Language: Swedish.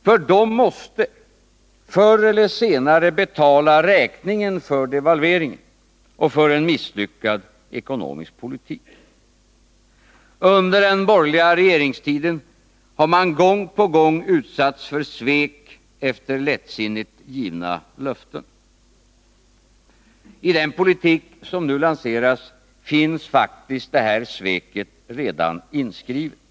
För de måste förr eller senare betala räkningen för devalveringen och för en misslyckad ekonomisk politik. Under den borgerliga regeringstiden har man gång på gång utsatts för svek efter lättsinnigt givna löften. I den politik som nu lanseras finns faktiskt det här sveket redan inskrivet.